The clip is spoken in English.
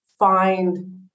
Find